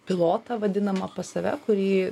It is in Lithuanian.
pilotą vadinamą pas save kurį